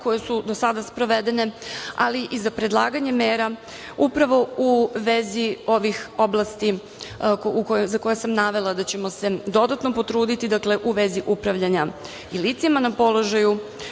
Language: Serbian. koje su do sada sprovedene, ali i za predlaganje mera upravo u vezi ovih oblasti, za koje sam navela da ćemo se dodatno potruditi u vezi upravljanja i lica na položaju,